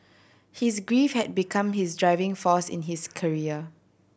his grief had become his driving force in his career